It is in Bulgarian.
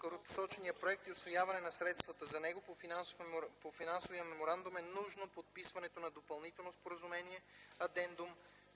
горепосочения проект и усвояване на средствата за него по Финансовия меморандум е нужно подписването на Допълнително споразумение/Адендум